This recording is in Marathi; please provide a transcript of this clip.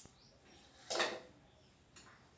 यू.पी.आय सेवेद्वारे भारताबाहेर पैसे पाठवू शकतो